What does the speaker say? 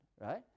right